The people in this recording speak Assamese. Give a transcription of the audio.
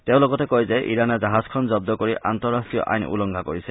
তেওঁ লগতে কয় যে ইৰানে জাহাজখন জন্দ কৰি আন্তঃৰাষ্ট্ৰীয় আইন উলংঘা কৰিছে